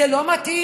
זה לא מתאים,